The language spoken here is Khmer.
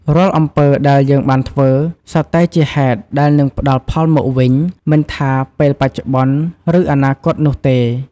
រាល់អំពើដែលយើងបានធ្វើ សុទ្ធតែជាហេតុដែលនឹងផ្តល់ផលមកវិញ មិនថាពេលបច្ចុប្បន្ន ឬអនាគតនោះទេ។